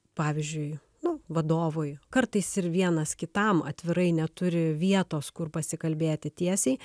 pavyzdžiui nu vadovui kartais ir vienas kitam atvirai neturi vietos kur pasikalbėti tiesiai